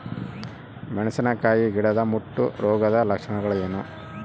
ಮೆಣಸಿನಕಾಯಿ ಗಿಡದ ಮುಟ್ಟು ರೋಗದ ಲಕ್ಷಣಗಳೇನು?